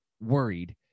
worried